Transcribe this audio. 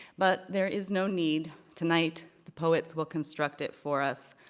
but there is no need. tonight, the poets will construct it for us.